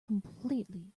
completely